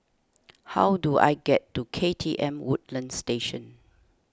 how do I get to K T M Woodlands Station